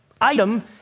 item